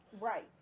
Right